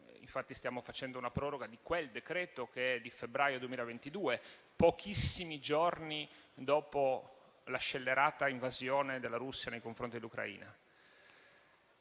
stiamo facendo una proroga di quel decreto che è di febbraio 2022, pochissimi giorni dopo la scellerata invasione della Russia nei confronti dell'Ucraina.